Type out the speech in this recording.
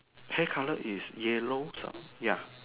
hair color is yellow some ya